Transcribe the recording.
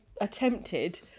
attempted